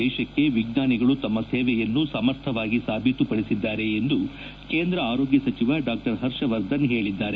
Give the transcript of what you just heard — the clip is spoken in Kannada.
ದೇಶಕ್ಕೆ ವಿಜ್ವಾನಿಗಳು ತಮ್ಮ ಸೇವೆಯನ್ನು ಸಮರ್ಥವಾಗಿ ಾಬೀತುಪಡಿಸಿದ್ದಾರೆ ಎಂದು ಕೇಂದ್ರ ಆರೋಗ್ಯ ಸಚಿವ ಡಾ ಪರ್ಷವರ್ಧನ್ ಹೇಳದ್ದಾರೆ